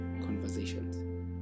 conversations